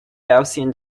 gaussian